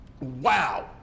Wow